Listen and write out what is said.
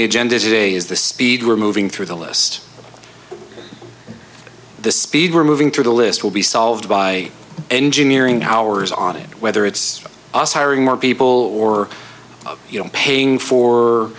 the agenda today is the speed we're moving through the list the speed we're moving through the list will be solved by engineering powers on it whether it's us hiring more people or paying for